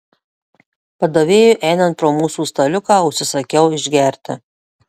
padavėjui einant pro mūsų staliuką užsisakiau išgerti